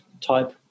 type